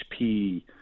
HP